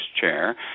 chair